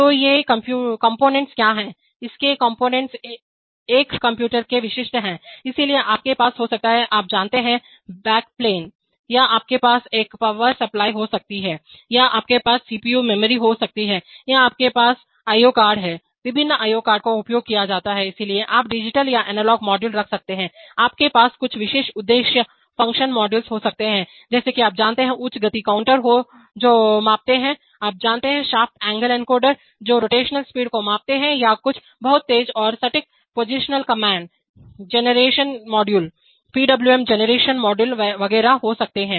तो ये कंपोनेंट्स क्या हैं इसके कंपोनेंट्स एक कंप्यूटर के विशिष्ट हैं इसलिए आपके पास हो सकता है आप जानते हैं बैकप्लेन या आपके पास एक पवार सप्लाई हो सकती है या आपके पास सीपीयू मेमोरी हो सकती है या आपके पास आईओ कार्ड हैं विभिन्न IO कार्ड का उपयोग किया जाता है इसलिए आप डिजिटल या एनालॉग मॉड्यूल रख सकते हैं आपके पास कुछ विशेष उद्देश्य फ़ंक्शन मॉड्यूल हो सकते हैं जैसे कि आप जानते हैं उच्च गति काउंटर जो मापते हैं आप जानते हैं शाफ्ट एंगल एनकोडर जो रोटेशनल स्पीड को मापते हैं या कुछ बहुत तेज और सटीक positioning command generation module PWM generation module वगैरह हो सकते हैं